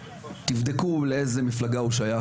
תבדקו לאיזה מפלגה הוא שייך,